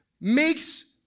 makes